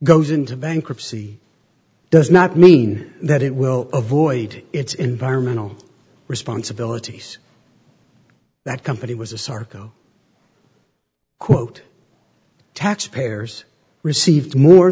goes into bankruptcy does not mean that it will avoid its environmental responsibilities that company was asarco quote taxpayers received more